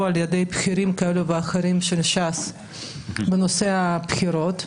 על ידי בכירים כאלה ואחרים של ש"ס בנושא הבחירות,